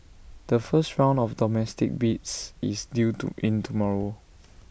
the first round of domestic bids is due to in tomorrow